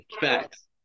Facts